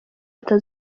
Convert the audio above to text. leta